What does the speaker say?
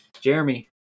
Jeremy